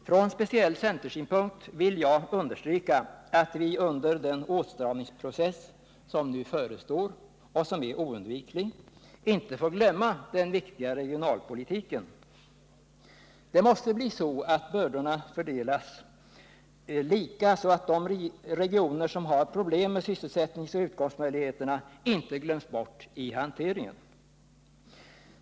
Från speciell centersynpunkt vill jag understryka att vi under den åtstramningsprocess som nu förestår och som är oundviklig inte får glömma den viktiga regionalpolitiken. Bördorna måste fördelas lika, så att de regioner som har problem med sysselsättningsoch utkomstmöjligheterna inte glöms bort i hanteringen.